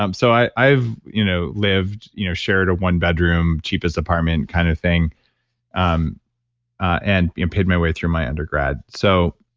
um so i've you know you know shared a one bedroom cheapest apartment kind of thing um and paid my way through my undergrad. so,